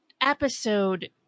episode